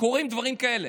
קורים דברים כאלה,